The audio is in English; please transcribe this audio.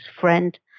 friend